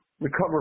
recover